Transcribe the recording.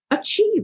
achieve